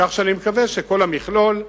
כך שאני מקווה שכל המכלול,